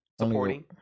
supporting